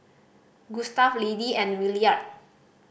Gustave Liddie and Williard